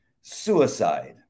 suicide